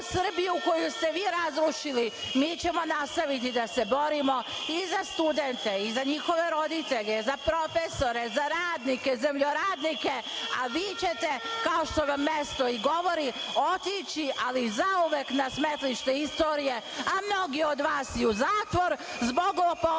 koju ste vi narušili. Mi ćemo nastaviti da se borimo i za studente i za njihove roditelje, za profesore, za radnike, zemljoradnike, a vi ćete, kao što vam mesto i govori, otići ali zauvek na smetlište istorije, a mnogi od vas i u zatvor zbog lopovluka